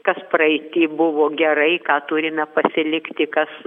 kas praeity buvo gerai ką turime pasilikti kas